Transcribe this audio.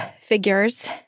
figures